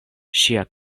ŝia